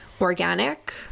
organic